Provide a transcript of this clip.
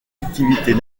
activités